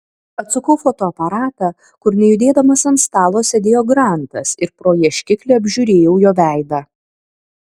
atsukau fotoaparatą kur nejudėdamas ant stalo sėdėjo grantas ir pro ieškiklį apžiūrėjau jo veidą